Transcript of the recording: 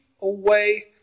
away